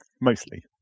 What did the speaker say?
Mostly